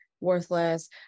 worthless